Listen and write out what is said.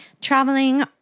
traveling